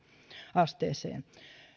asteeseen